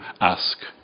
ask